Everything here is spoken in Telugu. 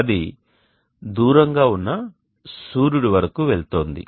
అది దూరంగా ఉన్న సూర్యుడి వరకు వెళ్తోంది